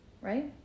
Right